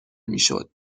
میشد